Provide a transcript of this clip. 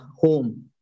home